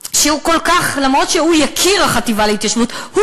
למרות שהוא יקיר החטיבה להתיישבות,